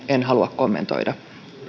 en halua kommentoida